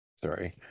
Sorry